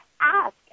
ask